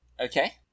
Okay